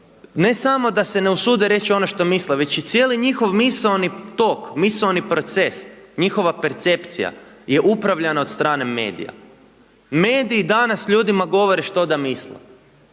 ne samo da se ne usude reći ono što misle već i cijeli njihov misaoni tok, misaoni proces, njihova percepcija je upravljana od strane medija. Mediji danas ljudima govore što da misle.